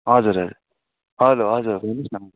हजुर हजुर हेलो हजुर हेर्नुहोस् न